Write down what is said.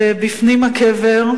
ובפנים הקבר,